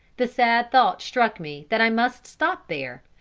the sad thought struck me that i must stop there,